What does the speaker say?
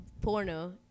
porno